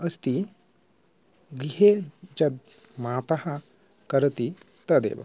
अस्ति गृहे यत् माता करोति तदेव